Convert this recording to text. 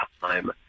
time